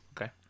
okay